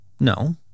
No